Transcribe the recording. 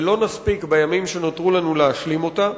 ולא נספיק בימים שנותרו לנו להשלים אותה.